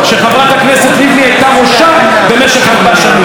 שחברת הכנסת לבני הייתה ראשה במשך ארבע שנים.